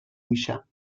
میشم